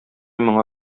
моңа